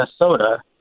Minnesota